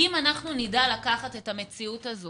אם אנחנו נדע לקחת את המציאות הזאת